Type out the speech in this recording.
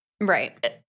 right